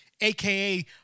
aka